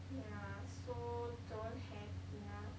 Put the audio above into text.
yeah so don't have enough